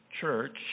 church